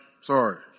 sorry